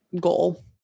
goal